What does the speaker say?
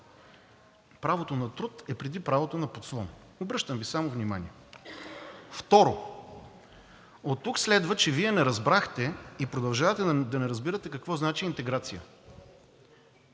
Правото на труд е преди правото на подслон – обръщам Ви само внимание. Второ, оттук следва, че вие не разбрахте и продължавате да не разбирате какво значи интеграция!